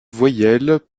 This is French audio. voyelles